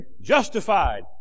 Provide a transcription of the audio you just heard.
justified